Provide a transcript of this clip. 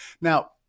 Now